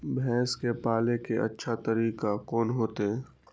भैंस के पाले के अच्छा तरीका कोन होते?